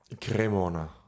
Cremona